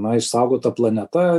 na išsaugota planeta